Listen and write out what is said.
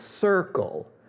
circle